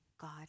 God